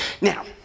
Now